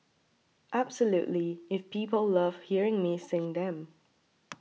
absolutely if people love hearing me sing them